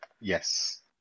Yes